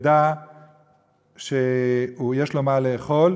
שנדע שיש לו מה לאכול.